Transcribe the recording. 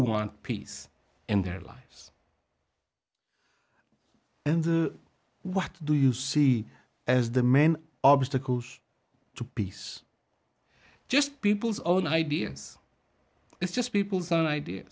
want peace in their lives and the what do you see as the main obstacles to peace just people's own ideas it's just people's own idea